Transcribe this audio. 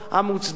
המוצדק,